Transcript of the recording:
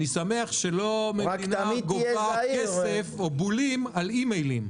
אני שמח שלא גובים מן הקופה כסף או בולים על אימיילים.